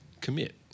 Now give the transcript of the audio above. commit